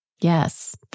Yes